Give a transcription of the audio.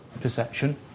perception